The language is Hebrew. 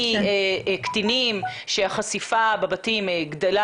מקטינים כאשר החשיפה בבתים גדלה,